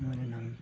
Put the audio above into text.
ᱢᱩ ᱨᱮᱱᱟᱝ